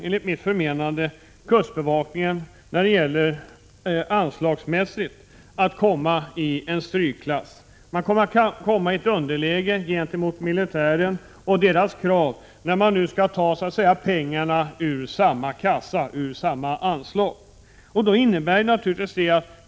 Enligt mitt förmenande kommer kustbevakningen dessutom att hamna i strykklass anslagsmässigt. Kustbevakningen kommer i underläge gentemot militären och dess krav när pengarna skall tas ur samma kassa, från samma anslag.